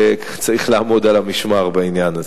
וצריך לעמוד על המשמר בעניין הזה.